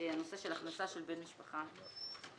הנושא של הכנסה של בן משפחה של מבוטח.